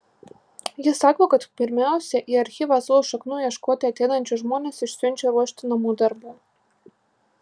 ji sako kad pirmiausia į archyvą savo šaknų ieškoti ateinančius žmones išsiunčia ruošti namų darbų